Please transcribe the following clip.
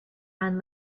man